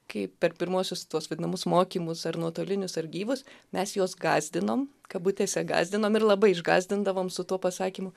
kai per pirmuosius tuos vadinamus mokymus ar nuotolinius ar gyvus mes juos gąsdinom kabutėse gąsdinom ir labai išgąsdindavom su tuo pasakymu